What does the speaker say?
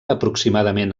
aproximadament